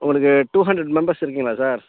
உங்களுக்கு two hundred members இருக்கீங்களா sir